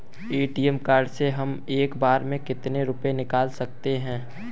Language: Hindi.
ए.टी.एम कार्ड से हम एक बार में कितने रुपये निकाल सकते हैं?